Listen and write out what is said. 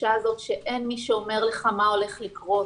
התחושה הזאת שאין מי שאומר לך מה הולך לקרות,